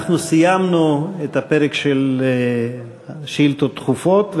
סיימנו את הפרק של שאילתות דחופות.